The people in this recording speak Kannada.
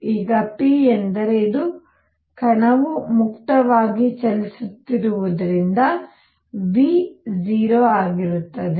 ಈಗ P ಎಂದರೆ ಇದು ಕಣವು ಮುಕ್ತವಾಗಿ ಚಲಿಸುತ್ತಿರುವುದರಿಂದ v 0 ಆಗಿರುತ್ತದೆ